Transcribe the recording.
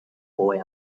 boy